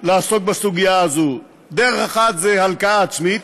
לעסוק בסוגיה הזו: דרך אחת היא הלקאה עצמית,